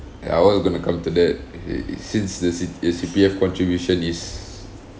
I was going to come to that since this C this C_P_F contribution is